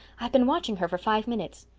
i've been watching her for five minutes.